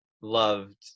loved